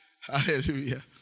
Hallelujah